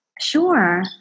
Sure